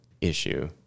issue